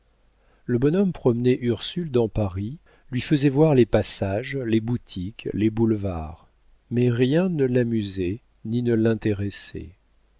le bonhomme promenait ursule dans paris lui faisait voir les passages les boutiques les boulevards mais rien ne l'amusait ni ne l'intéressait